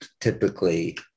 typically